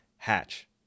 Hatch